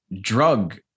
drug